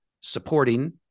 supporting